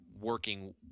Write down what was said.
working